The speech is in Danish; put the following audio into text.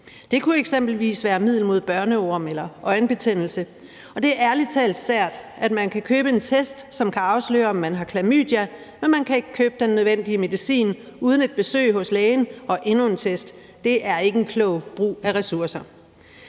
Det kunne eksempelvis være midler mod børneorm eller øjenbetændelse, og det er ærligt talt sært, at man kan købe en test, som kan afsløre, om man har klamydia, men at man ikke kan købe den nødvendige medicin uden et besøg hos lægen og endnu en test; det er ikke en klog brug af ressourcer.